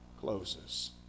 closes